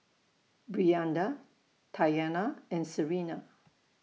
Brianda Taina and Serena